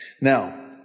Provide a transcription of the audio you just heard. Now